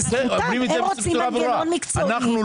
זו זכותם,